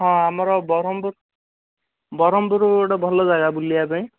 ହଁ ଆମର ବ୍ରହ୍ମପୁର ବ୍ରହ୍ମପୁର ଗୋଟେ ଭଲ ଜାଗା ବୁଲିବା ପାଇଁ